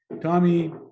Tommy